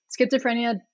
schizophrenia